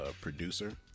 producer